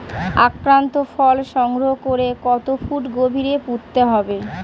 আক্রান্ত ফল সংগ্রহ করে কত ফুট গভীরে পুঁততে হবে?